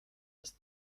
das